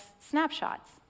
snapshots